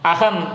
Aham